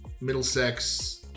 Middlesex